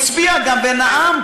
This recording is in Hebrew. והוא הצביע גם ונאם,